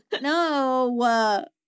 No